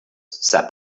said